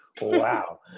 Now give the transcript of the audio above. wow